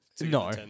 No